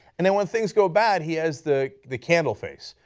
and and when things go bad he has the the candle face,